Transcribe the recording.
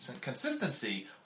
consistency